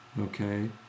Okay